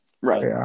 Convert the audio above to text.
Right